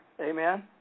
Amen